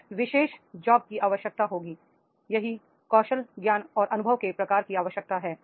इस विशेष जॉब की आवश्यकता होगी यही कौशल ज्ञान और अनुभव के प्रकार की आवश्यकता है